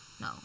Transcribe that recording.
no